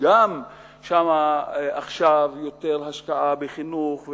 גם שם יש עכשיו יותר השקעה בחינוך,